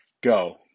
Go